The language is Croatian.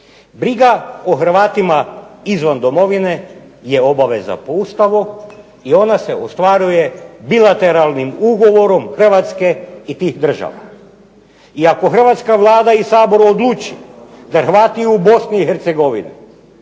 Briga o Hrvatima izvan domovine je obaveza po Ustavu i ona se ostvaruje bilatelarnim ugovorom Hrvatske i tih država. I ako hrvatska Vlada i Sabor odluči da Hrvati u Bosni i Hercegovini